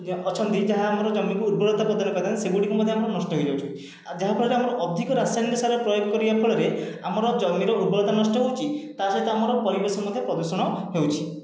ଅଛନ୍ତି ଯାହା ଆମ ଜମିକୁ ଉର୍ବରତା ପ୍ରଦାନ କରିଥାନ୍ତି ସେଗୁଡ଼ିକ ମଧ୍ୟ ଆମର ନଷ୍ଟ ହୋଇଯାଉଛି ଆଉ ଯାହାଫଳରେ ଆମର ଅଧିକ ରାସାୟନିକ ସାର ପ୍ରୟୋଗ କରିବା ଫଳରେ ଆମର ଜମିର ଉର୍ବରତା ନଷ୍ଟ ହେଉଛି ତା' ସହିତ ଆମର ପରିବେଶ ମଧ୍ୟ ପ୍ରଦୂଷଣ ହେଉଛି